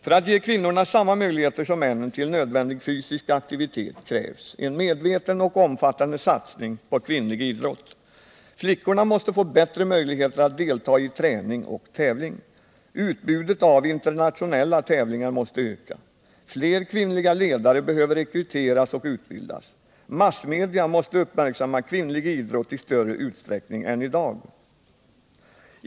För att ge kvinnorna samma möjligheter som männen till nödvändig fysisk aktivitet krävs en medveten och omfattande satsning på kvinnlig idrott. Flickorna måste få bättre möjligheter att delta i träning och tävling. Utbudet av internationella tävlingar måste öka. Fler kvinnliga ledare behöver rekryteras och utbildas. Massmedia måste uppmärksamma kvinnlig idrott i större utsträckning än i dag.